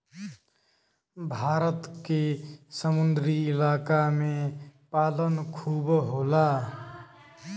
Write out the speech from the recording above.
भारत के समुंदरी इलाका में पालन खूब होला